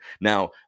Now